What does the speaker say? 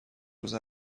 روز